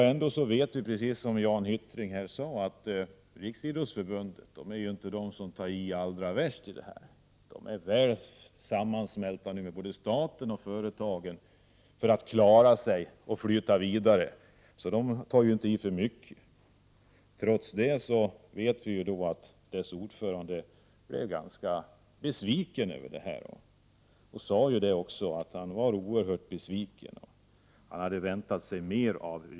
Ändå vet vi, som Jan Hyttring sade här, att Riksidrottsförbundet inte är den organisation som tar i allra värst i den här frågan. Riksidrottsförbundet är väl sammansmält med både staten och företagen för att klara sig och flyta vidare. Där tar man alltså inte i för mycket. Trots det vet vi att RF:s ordförande är besviken. Han sade sig vara oerhört besviken och att han hade väntat sig mer av regeringen.